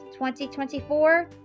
2024